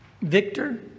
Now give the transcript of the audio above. Victor